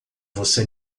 você